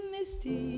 Misty